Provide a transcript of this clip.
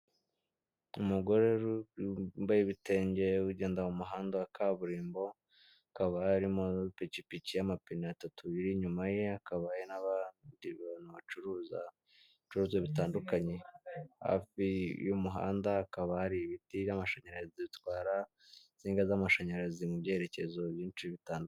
Umugore wambaye ibitenge ugenda mu muhanda wa kaburimbo akaba harimo amapikipiki y'amapine atatu biri inyuma ye hakaba hari ye n'abandi bantu bacuruza ibicuruzwa bitandukanye hafi y'umuhanda hakaba hari ibiti by'amashanyarazi bitwara insinga z'amashanyarazi mu byerekezo byinshi bitandukanye.